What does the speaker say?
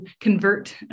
convert